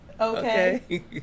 Okay